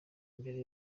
mbere